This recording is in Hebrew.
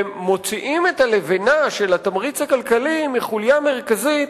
ומוציאים את הלבנה של התמריץ הכלכלי מחוליה מרכזית,